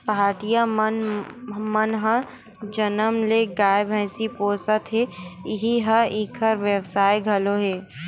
पहाटिया मन ह जनम ले गाय, भइसी पोसत हे इही ह इंखर बेवसाय घलो हे